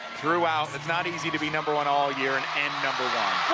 throughout it's not easy to be number one all year and and number